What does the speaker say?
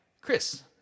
Chris